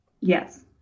Yes